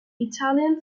italian